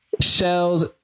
shells